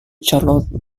charlotte